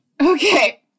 Okay